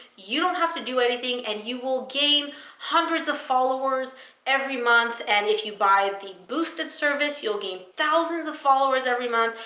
you don't have to do anything, and you will gain hundreds of followers every month, and if you buy the boosted service, you'll gain thousands of followers every month,